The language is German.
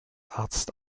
arzt